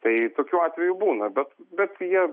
tai tokių atvejų būna bet bet jie